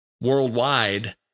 worldwide